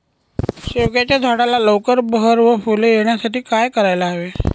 शेवग्याच्या झाडाला लवकर बहर व फूले येण्यासाठी काय करायला हवे?